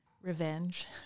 revenge